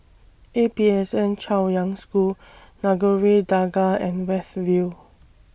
A P S N Chaoyang School Nagore Dargah and West View